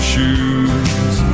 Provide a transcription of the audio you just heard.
Shoes